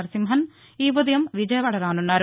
నరసింహన్ ఈఉదయం విజయవాడ రాసున్నారు